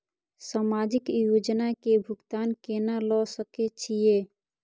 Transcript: समाजिक योजना के भुगतान केना ल सके छिऐ?